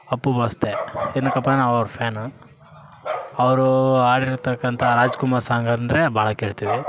ಅಪ್ಪು ಬಾಸ್ದೆ ಏನಕ್ಕಪ್ಪ ನಾವು ಅವ್ರ ಫ್ಯಾನು ಅವರೂ ಹಾಡಿರ್ತಕ್ಕಂಥ ರಾಜ್ಕುಮಾರ್ ಸಾಂಗ್ ಅಂದರೆ ಭಾಳ ಕೇಳ್ತಿವಿ